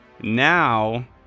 Now